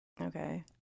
okay